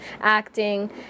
acting